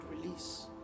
release